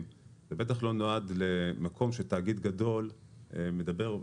ובטח לא נועד למקום שתאגיד גדול מדבר,